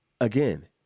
Again